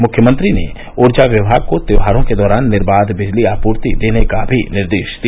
मुख्यमंत्री ने ऊर्जा विमाग को त्यौहारों के दौरान निर्बाध बिजली आपूर्ति देने का भी ॅनिर्देश दिया